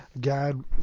God